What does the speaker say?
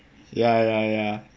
ya ya ya